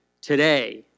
today